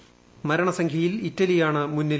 voice മരണസംഖ്യയിൽ ഇറ്റലിയാണ് മുന്നിൽ